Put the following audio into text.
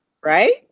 right